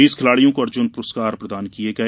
बीस खिलाड़ियों को अर्जुन पुरस्कार प्रदान किए गए